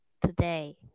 today